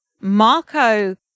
Marco